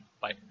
Bye